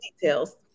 details